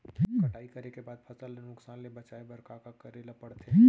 कटाई करे के बाद फसल ल नुकसान ले बचाये बर का का करे ल पड़थे?